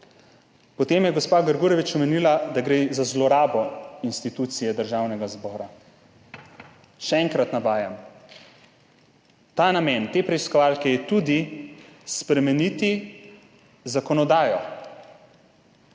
Potem je gospa Grgurevič omenila, da gre za zlorabo institucije Državnega zbora. Še enkrat navajam. Namen te preiskovalke je tudi spremeniti zakonodajo,